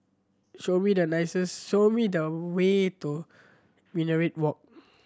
show me the show me the way to Minaret Walk